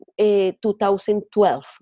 2012